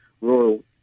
Royal